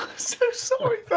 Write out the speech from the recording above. so sorry,